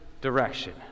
direction